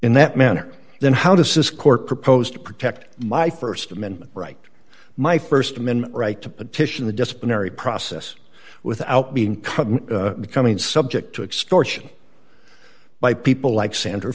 in that manner then how does this court propose to protect my st amendment right my st amendment right to petition the disciplinary process without being caught becoming subject to extortion by people like sandra